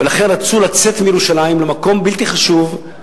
ולכן הם רצו לצאת מירושלים למקום בלתי חשוב,